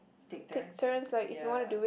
take turns ya